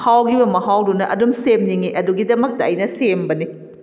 ꯍꯥꯎꯈꯤꯕ ꯃꯍꯥꯎꯗꯨꯅ ꯑꯗꯨꯝ ꯁꯦꯝꯅꯤꯡꯏ ꯑꯗꯨꯒꯤꯗꯃꯛꯇ ꯑꯩꯅ ꯁꯦꯝꯕꯅꯤ